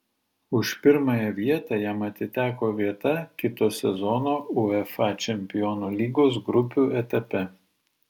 už pirmąją vietą jam atiteko vieta kito sezono uefa čempionų lygos grupių etape